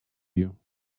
you